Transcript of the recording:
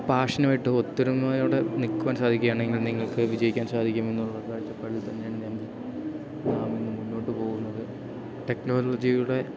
പാഷനുമായിട്ട് ഒത്തൊരുമയോടെ നിൽക്കുവാൻ സാധിക്കുകയാണെങ്കിൽ നിങ്ങൾക്ക് വിജയിക്കാൻ സാധിക്കുമെന്നുള്ള കാഴ്ചപ്പാടിൽ തന്നെയാണ് ഞാൻ നാമിന്ന് മുന്നോട്ടു പോകുന്നത് ടെക്നോളജിയുടെ